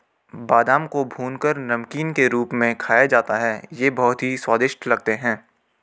बादाम को भूनकर नमकीन के रूप में खाया जाता है ये बहुत ही स्वादिष्ट लगते हैं